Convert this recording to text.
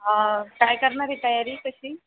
हं काय करणार आहे तयारी तशी